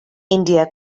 india